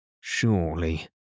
Surely